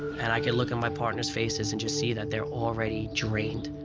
and i could look at my partners' faces and just see that they're already drained.